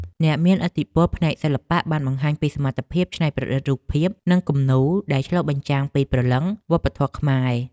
អ្នកមានឥទ្ធិពលផ្នែកសិល្បៈបានបង្ហាញពីសមត្ថភាពច្នៃប្រឌិតរូបភាពនិងគំនូរដែលឆ្លុះបញ្ចាំងពីព្រលឹងវប្បធម៌ខ្មែរ។